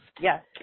Yes